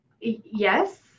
Yes